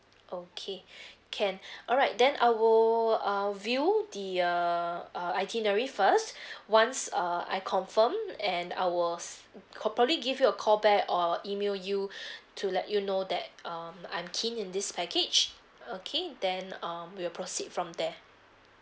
okay can alright then I will uh view the err uh itinerary first once err I confirm and I was probably give you a call back or email you to let you know that um I'm keen in this package okay then um we'll proceed from there